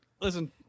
listen